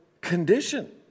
condition